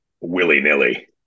willy-nilly